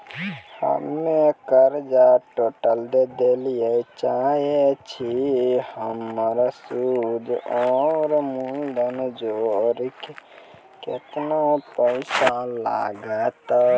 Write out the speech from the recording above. हम्मे कर्जा टोटल दे ला चाहे छी हमर सुद और मूलधन जोर के केतना पैसा लागत?